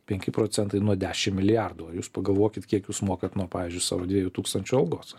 penki procentai nuo dešim milijardų o jūs pagalvokit kiek jūs mokat nuo pavyzdžiui savo dviejų tūkstančių algos